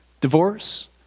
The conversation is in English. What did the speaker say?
divorce